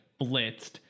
blitzed